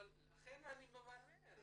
לכן אני מברר.